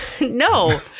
No